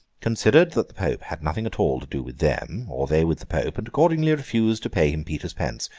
considered that the pope had nothing at all to do with them, or they with the pope, and accordingly refused to pay him peter's pence,